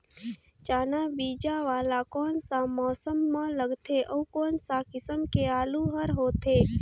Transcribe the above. चाना बीजा वाला कोन सा मौसम म लगथे अउ कोन सा किसम के आलू हर होथे?